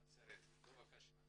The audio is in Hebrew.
בבקשה.